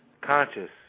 conscious